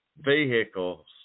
vehicles